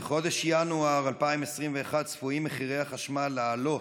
בחודש ינואר 2021 צפויים מחירי החשמל לעלות,